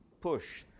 push